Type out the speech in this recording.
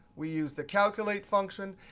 we use the calculate function.